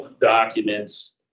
documents